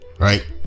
Right